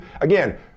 Again